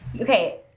Okay